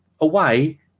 away